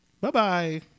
Bye-bye